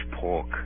pork